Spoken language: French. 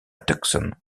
tucson